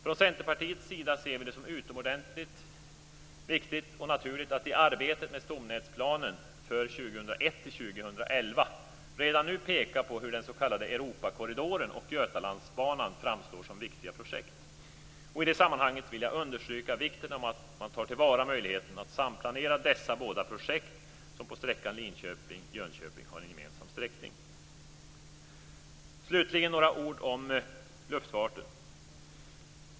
Från Centerpartiets sida ser vi det som utomordentligt viktigt och naturligt att i arbetet med stomnätsplanen för 2001-2011 redan nu peka på hur den s.k. Europakorridoren och Götalandsbanan framstår som viktiga projekt. I det sammanhanget vill jag understryka vikten av att ta till vara möjligheterna att samplanera dessa båda projekt som på sträckan Linköping-Jönköping har en gemensam sträckning. Slutligen några ord om luftfarten.